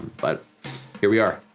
but here we are.